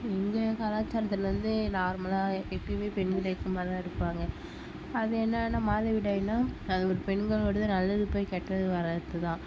இந்திய கலாச்சாரத்திலருந்து நார்மலாக எப்பவுமே பெண் இறுக்கமாகதான் இருப்பாங்க அது என்னென்ன மாதவிடாயினால் அது ஒரு பெண்களோடது நல்லது போய் கெட்டது வரதுதான்